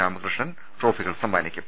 രാമകൃഷ്ണൻ ട്രോഫികൾ സമ്മാനിക്കും